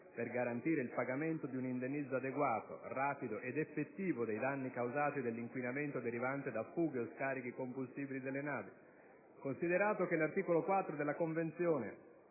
per garantire il pagamento di un indennizzo adeguato, rapido ed effettivo dei danni causati dall'inquinamento derivante da fughe o scarichi combustibili delle navi; considerato che l'articolo 4 della Convenzione